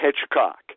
Hitchcock